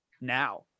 now